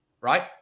right